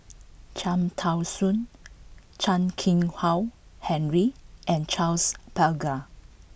Cham Tao Soon Chan Keng Howe Harry and Charles Paglar